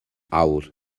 awr